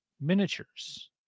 miniatures